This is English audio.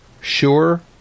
sure